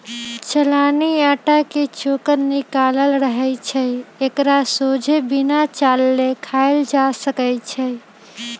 चलानि अटा के चोकर निकालल रहै छइ एकरा सोझे बिना चालले खायल जा सकै छइ